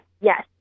yes